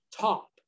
top